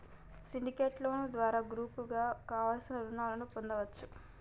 syndicate loan ద్వారా గ్రూపుగా కావలసిన రుణాలను పొందచ్చు